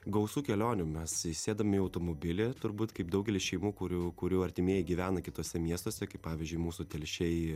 gausu kelionių mes įsėdam į automobilį turbūt kaip daugelis šeimų kurių kurių artimieji gyvena kituose miestuose kaip pavyzdžiui mūsų telšiai